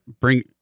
bring